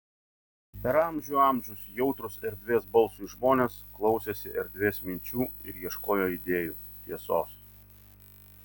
per amžių amžius jautrūs erdvės balsui žmonės klausėsi erdvės minčių ir ieškojo idėjų tiesos